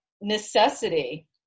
necessity